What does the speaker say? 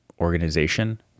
organization